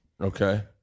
Okay